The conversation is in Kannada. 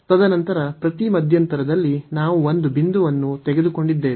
ತದನಂತರ ಪ್ರತಿ ಮಧ್ಯಂತರದಲ್ಲಿ ನಾವು ಒಂದು ಬಿಂದುವನ್ನು ತೆಗೆದುಕೊಂಡಿದ್ದೇವೆ